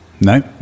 no